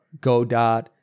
GoDot